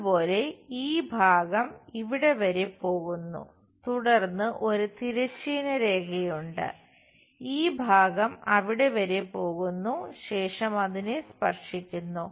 അതുപോലെ ഈ ഭാഗം അവിടെ വരെ പോകുന്നു തുടർന്ന് ഒരു തിരശ്ചീന രേഖയുണ്ട് ഈ ഭാഗം അവിടെ വരെ പോകുന്നു ശേഷം അതിനെ സ്പർശിക്കുന്നു